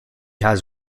has